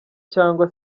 cyangwa